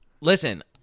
listen